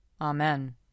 Amen